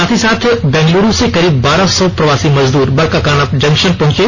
साथ ही साथ बेंगलुरु से करीब बारह सौ प्रवासी मजदूर बरकाकाना जंक्शन पहुंचे